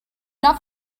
not